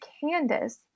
Candace